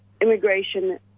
immigration